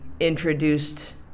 Introduced